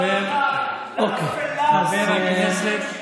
לאפלה הפוליטית שאתם משיתים עלינו.